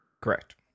Correct